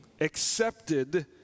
accepted